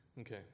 Okay